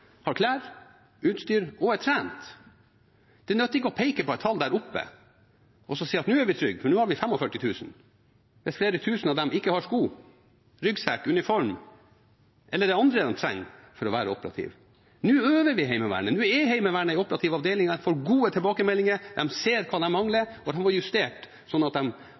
ikke å peke på et tall og si at nå er vi trygge, for nå har vi 45 000 – hvis flere tusen av dem ikke har sko, ryggsekk, uniform eller det andre de trenger for å være operative. Nå øver vi Heimevernet, nå er Heimevernet en operativ avdeling. De får gode tilbakemeldinger, de ser hva de mangler, og de har justert, slik at